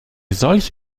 solch